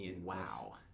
Wow